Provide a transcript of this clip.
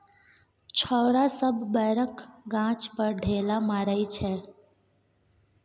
छौरा सब बैरक गाछ पर ढेला मारइ छै